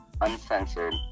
Uncensored